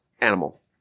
animal